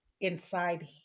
inside